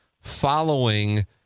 following